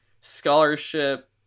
scholarship